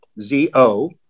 Z-O